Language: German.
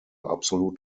absolut